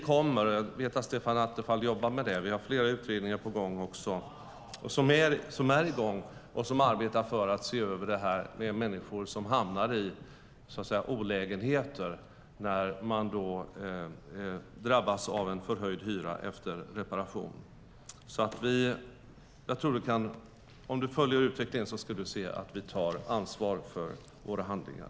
Jag vet att Stefan Attefall jobbar med detta och att vi har flera utredningar som är i gång och arbetar med att se över detta med människor som hamnar i olägenheter när de drabbas av höjd hyra efter reparation. Om du följer utvecklingen ska du alltså se att vi tar ansvar för våra handlingar.